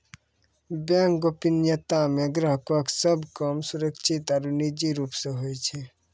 bank गोपनीयता मे ग्राहको के सभ काम सुरक्षित आरु निजी रूप से होय छै